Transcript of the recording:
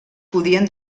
podien